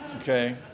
okay